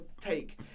take